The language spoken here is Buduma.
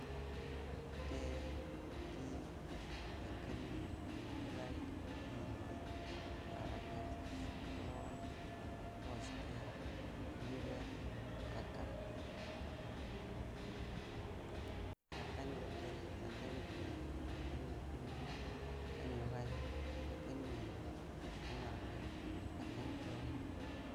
Gate, kiyi, gəakənnə, həgəy, hənjie, ha’arakə, tuəlor, wəaskə, həliegəar, hakan, hakanyu gəte, hakanyu kiyi, hakanyu gəakənna, hakan həgəy, hakan hənjie, hakanyu həararakə, hakany tuelora.